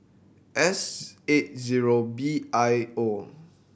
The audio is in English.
S eight zero B I O